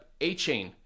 A-Chain